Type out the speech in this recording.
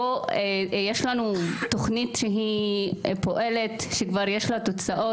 יש לנו תוכנית שכבר פועלת, שכבר יש לה תוצאות.